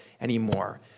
anymore